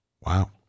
Wow